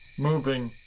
moving.